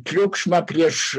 triukšmą prieš